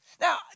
Now